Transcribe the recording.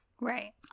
Right